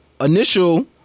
initial